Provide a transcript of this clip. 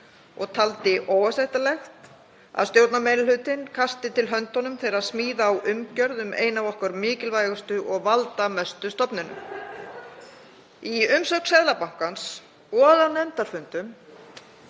og taldi óásættanlegt að stjórnarmeirihlutinn kastaði til höndunum þegar smíða ætti umgjörð um eina af okkar mikilvægustu og valdamestu stofnunum. Í umsögn Seðlabankans og á nefndarfundum